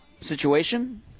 situation